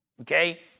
Okay